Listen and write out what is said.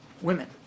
women